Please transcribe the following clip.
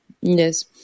yes